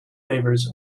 favours